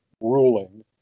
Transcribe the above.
ruling